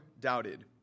doubted